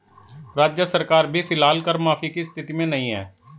राज्य सरकार भी फिलहाल कर माफी की स्थिति में नहीं है